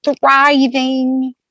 thriving